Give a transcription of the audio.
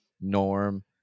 Norm